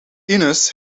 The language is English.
innes